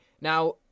Now